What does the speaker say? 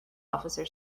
officer